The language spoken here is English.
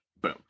boom